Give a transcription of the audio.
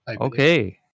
Okay